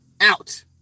out